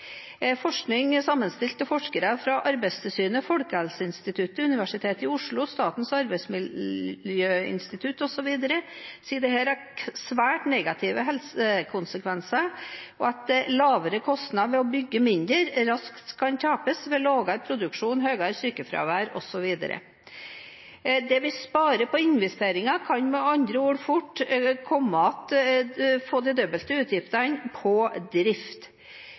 Forskning sammenstilt av forskere fra Arbeidstilsynet, Folkehelseinstituttet, Universitet i Oslo og Statens arbeidsmiljøinstitutt osv. sier dette har svært negative helsekonsekvenser, og at lavere kostnad ved å bygge mindre, raskt kan tapes, ved lavere produksjon, høyere sykefravær osv. Det vi sparer på investeringer, kan med andre ord fort komme igjen, slik at vi kan få det dobbelte i utgifter på drift.